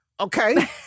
Okay